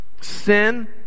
sin